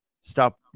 stop